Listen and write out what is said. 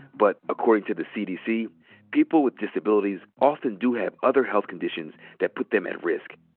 but according to the cdc people with disabilities often do have other health conditions that put them at risk.